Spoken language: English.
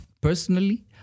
Personally